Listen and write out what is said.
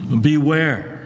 beware